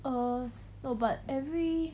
err no but every